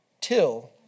till